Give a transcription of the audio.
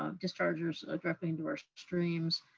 um dischargers dropping into our streams.